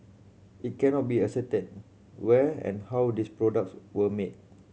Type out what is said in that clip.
it cannot be ascertained where and how these products were made